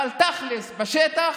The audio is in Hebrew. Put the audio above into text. אבל תכל'ס בשטח,